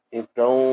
então